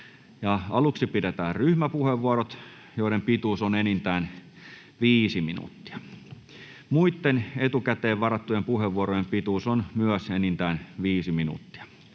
Aluksi pidetään ryhmäpuheenvuorot, joiden pituus on enintään 5 minuuttia. Muiden etukäteen varattujen puheenvuorojen pituus on myös enintään 5 minuuttia.